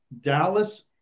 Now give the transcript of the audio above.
Dallas